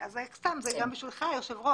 אז זה גם בשבילך, היושב-ראש.